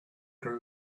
grow